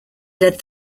led